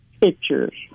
pictures